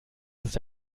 ist